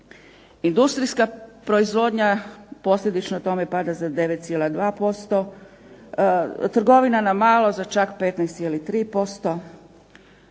Industrijska proizvodnja posljedično tome pada za 9,2%, trgovina na malo za čak 15,3%.